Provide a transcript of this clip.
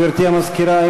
גברתי המזכירה,